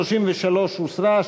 33 הוסרה,